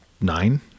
nine